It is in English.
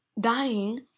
dying